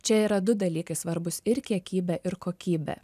čia yra du dalykai svarbūs ir kiekybė ir kokybė